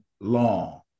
long